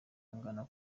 angana